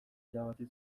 irabazi